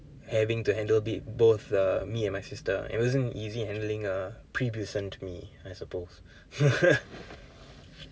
having to handle bit~ both ah me and my sister it wasn't easy handling uh prepubescent me I suppose